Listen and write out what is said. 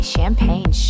Champagne